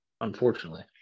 unfortunately